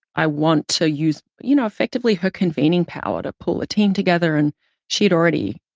i want to use, you know, effectively her convening power to pull a team together. and she had already,